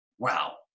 Wow